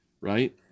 right